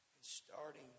starting